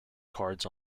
cards